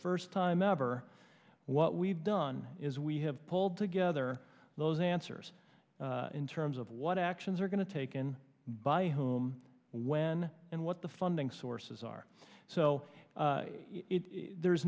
first time ever what we've done is we have pulled together those answers in terms of what actions are going to taken by whom when and what the funding sources are so there